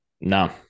No